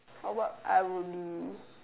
w~ what I would be